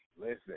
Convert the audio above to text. Listen